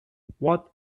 what